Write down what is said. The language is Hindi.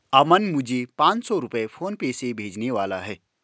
अमन मुझे पांच सौ रुपए फोनपे से भेजने वाला है